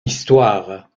histoire